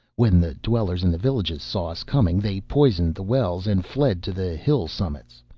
when the dwellers in the villages saw us coming, they poisoned the wells and fled to the hill-summits.